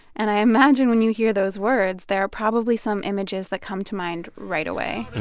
and i imagine when you hear those words, there are probably some images that come to mind right away